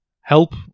Help